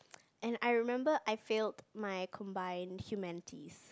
and I remember I failed my combined humanities